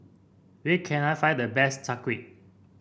where can I find the best Chai Kueh